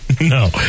No